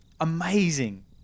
Amazing